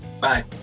Bye